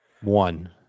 one